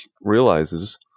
realizes